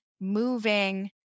moving